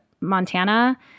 Montana